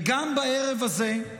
וגם בערב הזה,